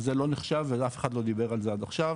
וזה לא נחשב ואף אחד לא דיבר על זה עד עכשיו,